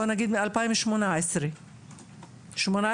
בוא נגיד מ- 2018. 2018,